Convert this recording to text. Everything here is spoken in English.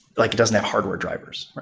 like it doesn't have hardware drivers,